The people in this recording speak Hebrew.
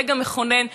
רגע מכונן,